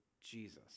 Jesus